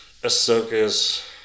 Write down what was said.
Ahsoka's